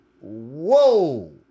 Whoa